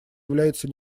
является